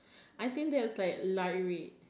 I think that's like light red